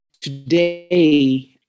today